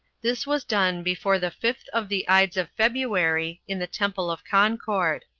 this was done before the fifth of the ides of february, in the temple of concord.